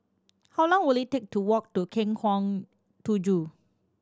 how long will it take to walk to Lengkong Tujuh